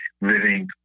living